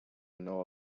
know